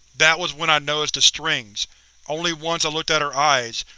that was when i noticed strings only once i looked at her eyes.